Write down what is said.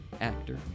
actor